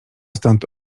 stąd